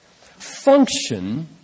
function